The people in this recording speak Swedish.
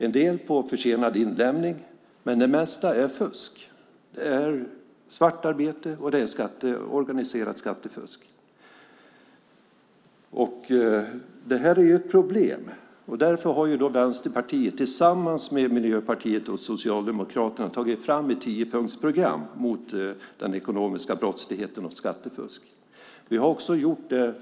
En del beror på försenad inlämning. Men det mesta är fusk. Det är svartarbete och organiserat skattefusk. Det är ett problem. Därför har Vänsterpartiet tillsammans med Miljöpartiet och Socialdemokraterna tagit fram ett tiopunktsprogram mot den ekonomiska brottsligheten och skattefusket.